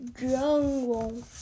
jungle